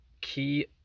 key